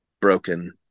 broken